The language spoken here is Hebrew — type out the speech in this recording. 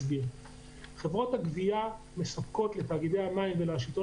חברות הגבייה מספקות לתאגידי המים ולשלטון